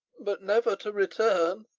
but never to return